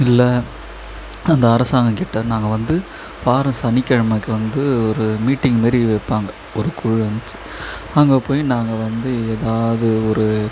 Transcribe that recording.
இல்லை அந்த அரசாங்கம் கிட்ட நாங்கள் வந்து வாரம் சனிக்கிழமைக்கு வந்து ஒரு மீட்டிங் மாதிரி வைப்பாங்க ஒரு குழ அங்கே போய் நாங்கள் வந்து ஏதாவது ஒரு